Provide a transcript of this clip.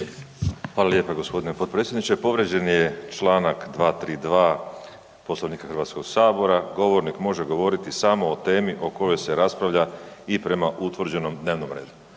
Hvala lijepo gospodine potpredsjedniče. Povrijeđen je Članak 232. Poslovnika Hrvatskog sabora, govornik može govoriti samo o temi o kojoj se raspravlja i prema utvrđenom dnevnom redu.